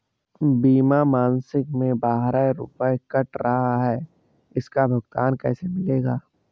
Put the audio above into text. बीमा मासिक में बारह रुपय काट रहा है इसका भुगतान कैसे मिलेगा?